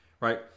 right